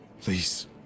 please